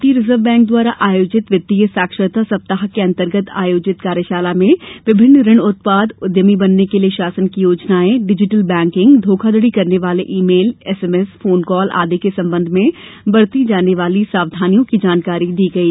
भारतीय reserve bank द्वारा आयोजित वित्तीय साक्षरता सप्ताह के अन्तर्गत आयोजित कार्यशाला में विभिन्न ऋण उत्पाद उद्यमी बनने के लिए शासन की योजनाओं डिजीटल बैंकिंग घोखाधड़ी करने वाले email SMS phone call आदि के संबंध में बरती जाने वाली सावधानियों की जानकारी प्रदान की गई